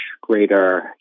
greater